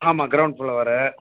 ஆமாம் ground floor